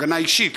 הגנה אישית,